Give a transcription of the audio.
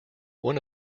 one